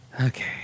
Okay